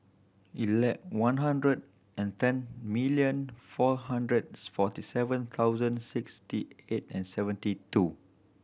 one hundred and ten million four hundred forty seven thousand sixty eight and seventy two